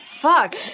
Fuck